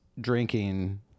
drinking